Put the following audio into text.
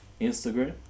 Instagram